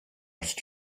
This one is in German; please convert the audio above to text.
ist